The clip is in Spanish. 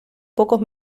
pocos